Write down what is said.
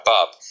up